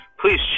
please